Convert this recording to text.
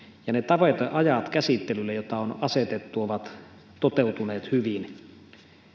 ja ne tavoiteajat käsittelylle joita on asetettu ovat toteutuneet hyvin